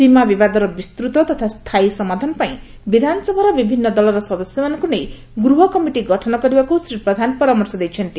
ସୀମା ବିବାଦର ବିସ୍ତୃତ ତଥା ସ୍ଥାୟୀ ସମାଧାନ ପାଇଁ ବିଧାନସଭାର ବିଭିନ୍ନ ଦଳର ସଦସ୍ୟମାନଙ୍କୁ ନେଇ ଗୃହ କମିଟି ଗଠନ କରିବାକୁ ଶ୍ରୀ ପ୍ରଧାନ ପରାମର୍ଶ ଦେଇଛନ୍ତି